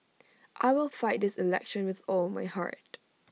I will fight this election with all my heart